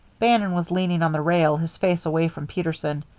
bannon was leaning on the rail, his face away from peterson.